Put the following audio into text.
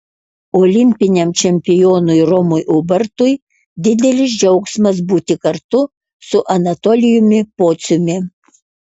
olimpiniam čempionui romui ubartui didelis džiaugsmas būti kartu su anatolijumi pociumi